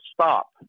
stop